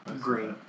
Great